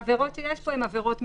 העבירות שיש פה הן עבירות מינהליות.